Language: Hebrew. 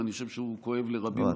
ואני חושב שהוא כואב לרבים רבים מאזרחי,